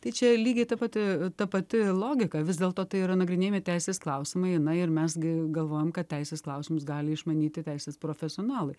tai čia lygiai ta pati ta pati logika vis dėlto tai yra nagrinėjami teisės klausimai na ir mes gi galvojame kad teisės klausimus gali išmanyti teisės profesionalai